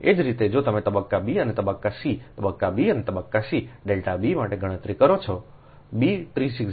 એ જ રીતે જો તમે તબક્કા b અને તબક્કા c તબક્કા b અને તબક્કા c ડેલ્ટા b માટે ગણતરી કરોb 360